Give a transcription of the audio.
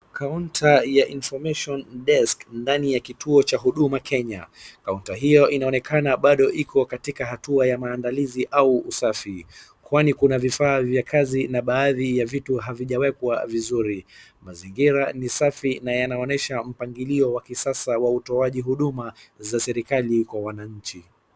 Kaunta ya Information Desk ndani ya kituo cha Huduma Kenya, Kaunta hiyo inaonekana bado iko katika hatua ya maandalizi au usafi, kwani kuna vifaa vya kazi na baadhi ya vitu havijawekwa vizuri, mazingira ni safi na yanaonyesha mpangilio wa kisasa wa utoaji huduma za serikali kwa wananchi.